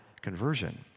conversion